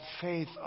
faith